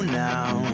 now